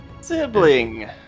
Sibling